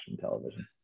television